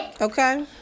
Okay